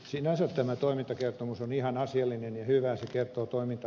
sinänsä tämä toimintakertomus on ihan asiallinen ja hyvä